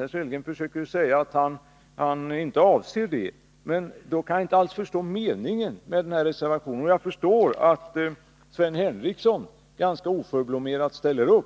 Herr Sellgren försöker säga att han inte avser det, men då kan jag inte alls förstå meningen med reservationen. Jag förstår att Sven Henricsson ganska oförblommerat ställer sig